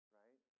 right